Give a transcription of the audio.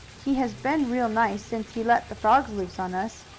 he has been real nice since he let the frogs loose on us.